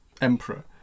emperor